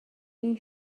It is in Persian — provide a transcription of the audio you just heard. این